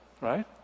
Right